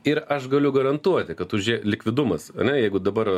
ir aš galiu garantuoti kad užė likvidumas ane jeigu dabar